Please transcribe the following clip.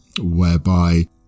whereby